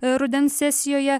rudens sesijoje